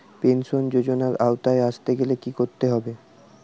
Pension যজোনার আওতায় আসতে গেলে কি করতে হবে?